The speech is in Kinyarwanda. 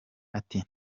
ati